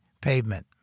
pavement